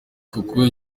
kuko